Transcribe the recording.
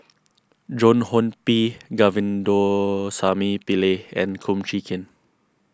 Joan Hon P Govindasamy Pillai and Kum Chee Kin